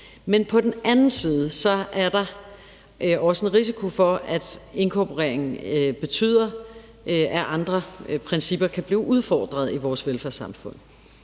Men på den anden side er der også en risiko for, at inkorporering betyder, at andre principper kan blive udfordret i vores velfærdssamfund.